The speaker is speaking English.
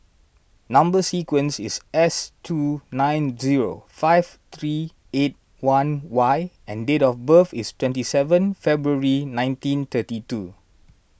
Number Sequence is S two nine zero five three eight one Y and date of birth is twenty seven February nineteen thirty two